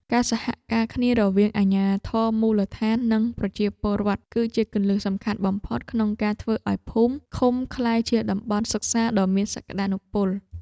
ការសហការគ្នារវាងអាជ្ញាធរមូលដ្ឋាននិងប្រជាពលរដ្ឋ គឺជាគន្លឹះសំខាន់បំផុតក្នុងការធ្វើឱ្យភូមិឃុំក្លាយជាតំបន់សិក្សាដ៏មានសក្តានុពល។